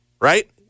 right